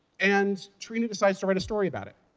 and trina decides to write a story about it.